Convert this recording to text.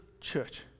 church